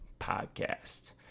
podcast